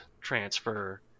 transfer